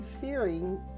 fearing